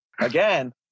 again